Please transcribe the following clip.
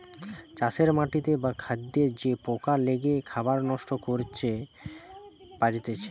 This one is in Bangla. চাষের মাটিতে বা খাদ্যে যে পোকা লেগে খাবার নষ্ট করতে পারতিছে